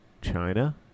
China